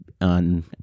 on